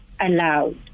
allowed